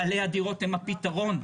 בעלי הדירות הם הפתרון.